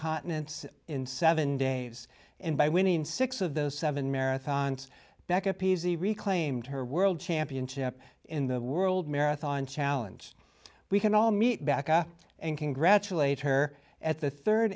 continents in seven days and by winning six of those seven marathons back up easy reclaimed her world championship in the world marathon challenge we can all meet back up and congratulate her at the third